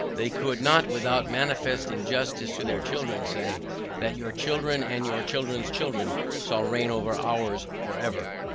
they could not, without manifest injustice to their children, say that your children and your children's children shall reign over ours for ever.